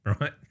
right